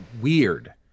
weird